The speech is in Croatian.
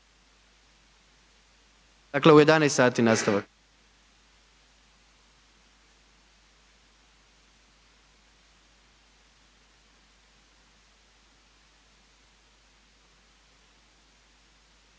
Dakle u 11 sati nastavak.